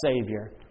savior